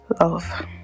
love